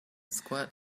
squirt